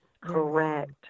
Correct